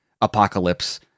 Apocalypse